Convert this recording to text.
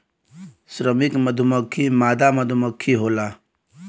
श्रमिक मधुमक्खी मादा मधुमक्खी होला